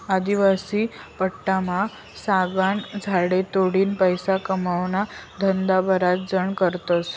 आदिवासी पट्टामा सागना झाडे तोडीन पैसा कमावाना धंदा बराच जण करतस